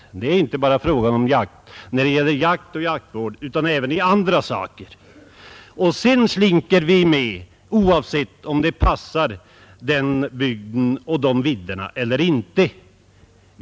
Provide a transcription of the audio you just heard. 101 Detta gäller inte bara i fråga om jakt och jaktvård utan även andra förhållanden. Sedan slinker vi i Norrland med, oavsett om systemet passar våra bygder och vidder eller inte.